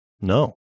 no